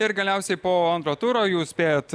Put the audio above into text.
ir galiausiai po antro turo jūs spėjat